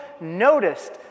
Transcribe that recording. noticed